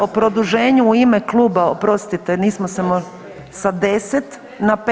O produženju u ime kluba, oprostite nismo se, sa 10 na 15.